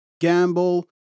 gamble